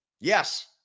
Yes